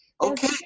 okay